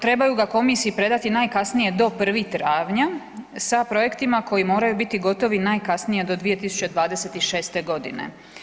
Trebaju ga komisiji predati najkasnije do 1. travnja sa projektima koji moraju biti gotovi najkasnije do 2026. godine.